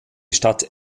stadt